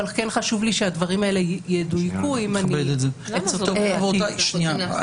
וחשוב לי שהדברים האלה ידויקו אם יצטטו אותי בעתיד.